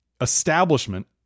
establishment